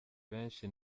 benshi